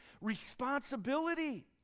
responsibility